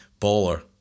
baller